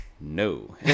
No